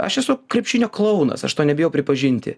aš esu krepšinio klounas aš to nebijau pripažinti